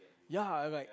ya I'm like